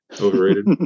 Overrated